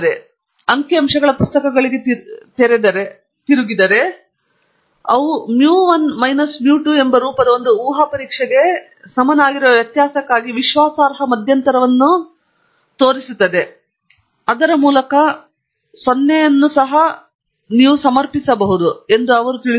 ಮತ್ತು ನೀವು ಅಂಕಿಅಂಶಗಳ ಪುಸ್ತಕಗಳಿಗೆ ತಿರುಗಿದರೆ ಅವುಗಳು mu 1 minus mu 2 ಎಂಬ ರೂಪದ ಒಂದು ಊಹಾ ಪರೀಕ್ಷೆಗೆ ಸಮನಾಗಿರುವ ವ್ಯತ್ಯಾಸಕ್ಕಾಗಿ ವಿಶ್ವಾಸಾರ್ಹ ಮಧ್ಯಂತರವನ್ನು ನೋಡುವ ಮೂಲಕ 0 ಅನ್ನು ಸಹ ಸಮರ್ಪಿಸಬಹುದೆಂದು ಅವರು ನಿಮಗೆ ತಿಳಿಸುತ್ತಾರೆ